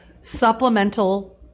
supplemental